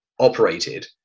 operated